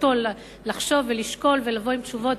וזכותו לחשוב ולשקול ולבוא עם תשובות